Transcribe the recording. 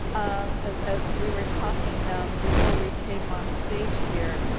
um as as we were talking before we came on stage here,